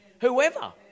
Whoever